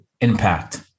impact